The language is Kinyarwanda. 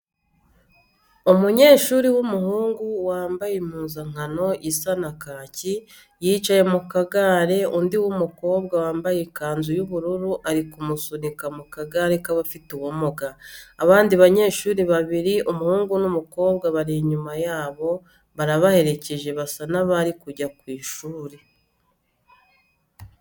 Umunyeshuri w'umuhungu wambaye impuzankano isa na kaki, yicaye mu kagare undi w'umukobwa wambaye ikanzu y'ubururu ari kumusunika mu kagare k'abafite ubumuga. Abandi banyeshuri babiri umuhungu n'umukobwa bari inyuma yabo barabaherekeje basa n'abari kujya ku ishuri.